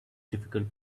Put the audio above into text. difficult